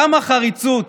כמה חריצות,